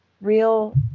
real